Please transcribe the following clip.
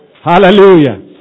Hallelujah